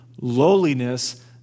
lowliness